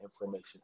information